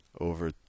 over